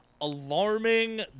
alarming